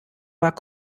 war